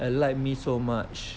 li~ like me so much